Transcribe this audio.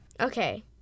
Okay